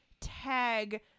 tag